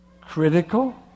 critical